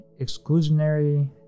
exclusionary